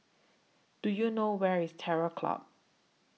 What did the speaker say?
Do YOU know Where IS Terror Club